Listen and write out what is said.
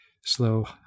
slow